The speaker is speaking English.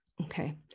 okay